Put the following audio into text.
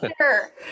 sure